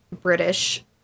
British